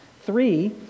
Three